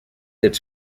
its